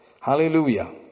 Hallelujah